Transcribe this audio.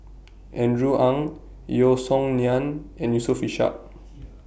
Andrew Ang Yeo Song Nian and Yusof Ishak